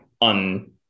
on